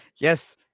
Yes